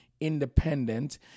independent